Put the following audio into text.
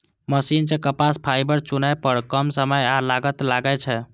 machine सं कपास fibre चुनै पर कम समय आ लागत लागै छै